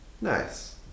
Nice